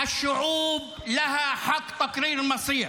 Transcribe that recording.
אלג'יר השתחררה למרות ההתנגדות של הקולוניאליזם הצרפתי,